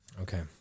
Okay